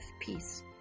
Peace